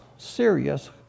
Serious